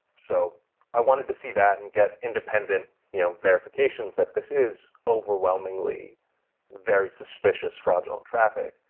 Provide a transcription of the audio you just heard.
so i wanted to see that and get independent you know verifications that this is overwhelmingly very suspicious fraudulent traffic,